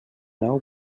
nou